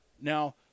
now